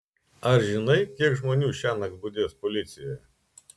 ar žinai kiek žmonių šiąnakt budės policijoje